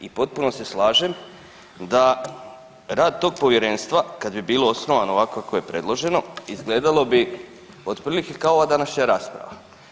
I potpuno se slažem da rad tog povjerenstva kad bi bilo osnovano ovako kako je predloženo izgledalo bi otprilike kao ova današnja rasprava.